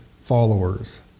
followers